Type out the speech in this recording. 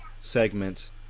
segment